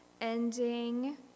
ending